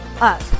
up